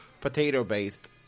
potato-based